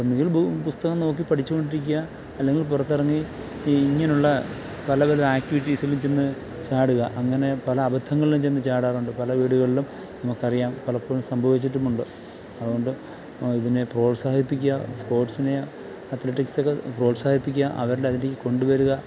ഒന്നുകിൽ ബു പുസ്തകം നോക്കി പഠിച്ചുകൊണ്ടിരിക്കുക അല്ലെങ്കിൽ പുറത്തിറങ്ങി ഈ ഇങ്ങനെയുള്ള പലതരം ആക്ടിവിറ്റീസിലും ചെന്ന് ചാടുക അങ്ങനെ പല അബദ്ധങ്ങളിലും ചെന്ന് ചാടാറുണ്ട് പല വീടുകളിലും നമുക്ക് അറിയാം പലപ്പോഴും സംഭവിച്ചിട്ടുമുണ്ട് അതുകൊണ്ട് ഇതിനെ പ്രോത്സാഹിപ്പിക്കുക സ്പോർട്ട്സിനെ അത്ലറ്റിക്സ് ഒക്കെ പ്രോത്സാഹിപ്പിക്കുക അവരിൽ അതിലേക്ക് കൊണ്ടുവരിക